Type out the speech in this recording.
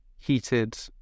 heated